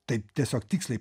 taip tiesiog tiksliai